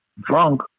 drunk